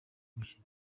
gukina